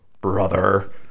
brother